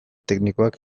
teknikoak